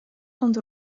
und